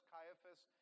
Caiaphas